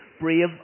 brave